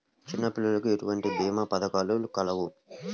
చిన్నపిల్లలకు ఎటువంటి భీమా పథకాలు కలవు?